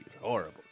Horrible